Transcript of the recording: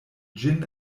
ĝin